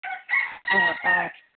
অঁ অঁ